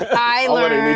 i learned